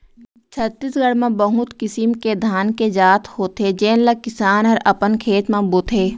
छत्तीसगढ़ म बहुत किसिम के धान के जात होथे जेन ल किसान हर अपन खेत म बोथे